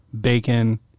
bacon